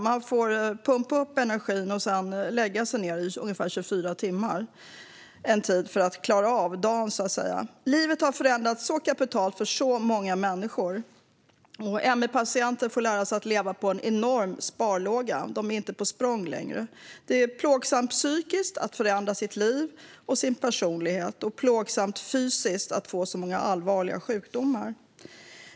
Man får pumpa upp energi och sedan ligga ned i ungefär 24 timmar för att klara av dagen. Livet har förändrats så kapitalt för så många människor. ME-patienter får lära sig att leva på en enorm sparlåga; de är inte på språng längre. Det är plågsamt psykiskt att förändra sitt liv och sin personlighet och plågsamt fysiskt att få så många allvarliga sjukdomar.